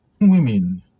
Women